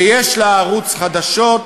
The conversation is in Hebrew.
שיש לה ערוץ חדשות,